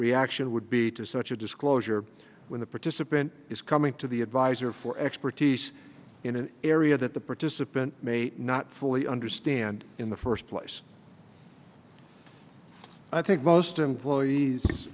reaction would be to such a disclosure when the participant is coming to the advisor for expertise in an area that the participant may not fully understand in the first place i think most employees